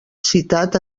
citat